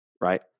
Right